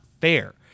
fair